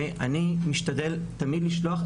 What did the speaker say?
אני משתדל תמיד לשלוח,